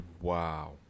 Wow